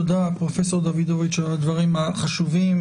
תודה, פרופ' דוידוביץ על הדברים החשובים.